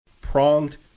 pronged